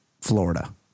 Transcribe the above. Florida